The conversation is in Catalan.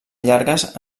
llargues